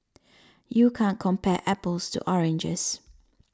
you can't compare apples to oranges